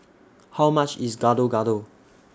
How much IS Gado Gado